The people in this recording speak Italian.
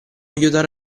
aiutare